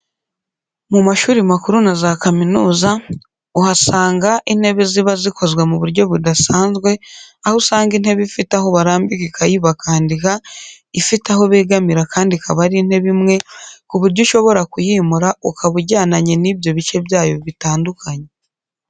Mu mashuri makuru na za kaminuza uhasanga intebe ziba zikozwe mu buryo budasanzwe aho usanga intebe ifite aho barambika ikayi bakandika, ifite aho begamira kandi ikaba ari intebe imwe ku buryo ushobora kuyimura ukaba ujyananye n'ibyo bice byayo bitandukanye.